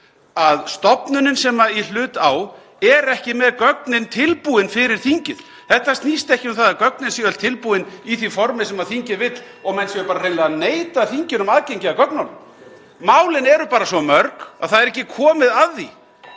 að stofnunin sem í hlut á er ekki með gögnin tilbúin fyrir þingið. Þetta snýst ekki um það að (Forseti hringir.) gögnin séu öll tilbúin í því formi sem þingið vill og menn séu bara hreinlega að neita þinginu um aðgengi að gögnunum. Málin eru bara svo mörg að það er ekki komið að því